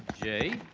j.